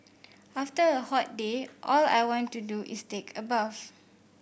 after a hot day all I want to do is take a bath